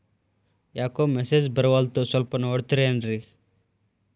ಯಾಕೊ ಮೆಸೇಜ್ ಬರ್ವಲ್ತು ಸ್ವಲ್ಪ ನೋಡ್ತಿರೇನ್ರಿ?